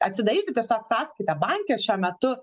atsidaryti tiesiog sąskaitą banke šiuo metu